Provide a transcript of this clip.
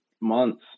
months